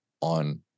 on